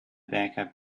backup